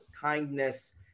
kindness